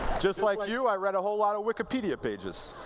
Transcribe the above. just like you, i read a whole lot of wikipedia pages.